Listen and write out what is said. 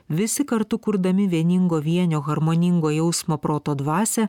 visi kartu kurdami vieningo vienio harmoningo jausmo proto dvasią